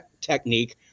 technique